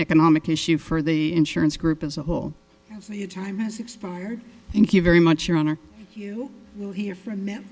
economic issue for the insurance group as a whole for your time has expired thank you very much your honor you will hear from